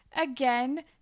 again